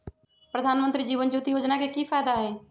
प्रधानमंत्री जीवन ज्योति योजना के की फायदा हई?